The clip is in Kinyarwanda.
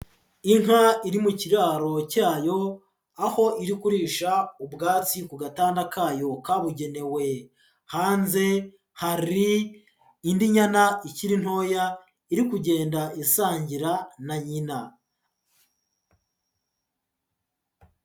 Inka iri mu kiraro cyayo aho iri kurisha ubwatsi ku gatanda kayo kabugenewe, hanze hari indi nyana ikiri ntoya iri kugenda isangira na nyina.